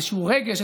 איזשהו רגש,